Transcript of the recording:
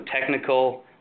technical